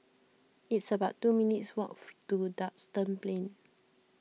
it's about two minutes' walk to Duxton Plain